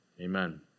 Amen